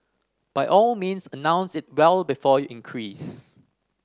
by all means announce it well before you increase